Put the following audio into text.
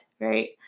right